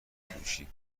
فروشی